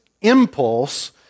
impulse